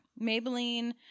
Maybelline